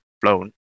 flown